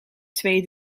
twee